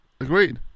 Agreed